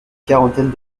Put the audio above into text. quarantaine